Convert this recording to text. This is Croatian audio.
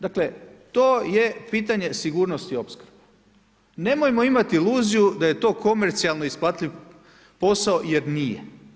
Dakle to je pitanje sigurnosti opskrbe, nemojmo imati iluziju da je to komercijalno isplativ posao jer nije.